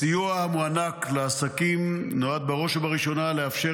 הסיוע המוענק לעסקים נועד בראש ובראשונה לאפשר